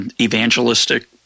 evangelistic